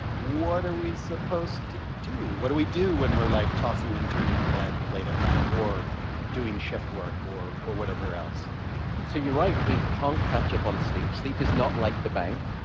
what are we supposed to do? what do we do when we're, like, tossing and turning in bed late at night or doing shift work or or whatever else? mw so you're right, we can't catch up on sleep. sleep is not like the bank.